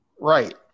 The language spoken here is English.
Right